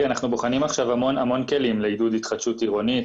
אנחנו בוחנים עכשיו הרבה כלים להתחדשות עירונית.